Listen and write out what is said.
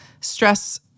stress